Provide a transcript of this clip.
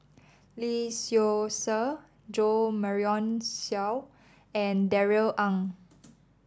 Lee Seow Ser Jo Marion Seow and Darrell Ang